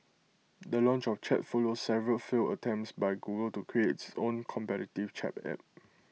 the launch of chat follows several failed attempts by Google to create its own competitive chat app